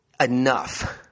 enough